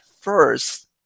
first